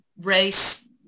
race